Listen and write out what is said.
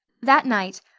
that night,